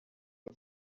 the